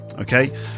Okay